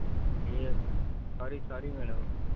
అయ్యయ్యో sorry sorry madam